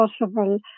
possible